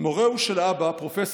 "מורהו של אבא, פרופ'